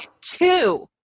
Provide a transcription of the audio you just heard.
two